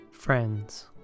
Friends